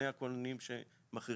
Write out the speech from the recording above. השוטרים בתחנת המשטרה שנמצאת כאן איתנו,